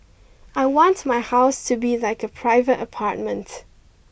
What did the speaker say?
I want my house to be like a private apartment